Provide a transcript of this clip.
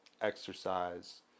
exercise